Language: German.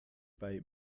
bei